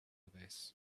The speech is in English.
this